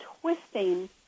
twisting